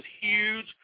huge